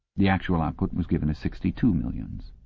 the actual output was given as sixty-two millions.